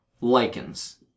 lichens